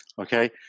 okay